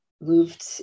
moved